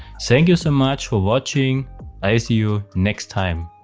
thank you so much for watching. i'll see you next time.